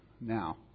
now